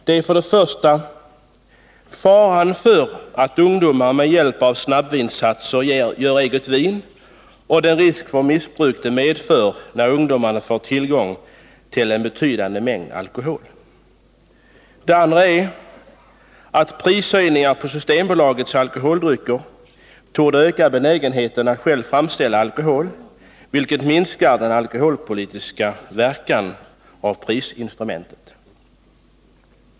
Det första skälet är faran för att ungdomar med hjälp av snabbvinsatser gör eget vin och den risk för missbruk som uppstår när ungdomar får tillgång till en betydande mängd alkohol. Det andra skälet är att prishöjningar på Systembolagets alkoholdrycker torde öka benägenheten för medborgarna att själva framställa alkoholhaltiga drycker, vilket minskar prisinstrumentets alkoholpolitiska verkan.